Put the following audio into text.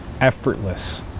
effortless